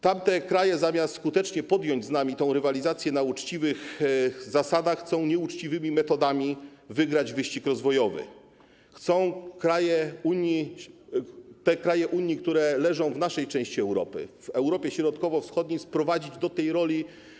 Tamte kraje, zamiast skutecznie podjąć z nami tę rywalizację na uczciwych zasadach, chcą nieuczciwymi metodami wygrać wyścig rozwojowy i chcą kraje Unii, które leżą w naszej części Europy, w Europie Środkowo-Wschodniej, sprowadzić do roli.